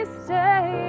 stay